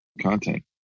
content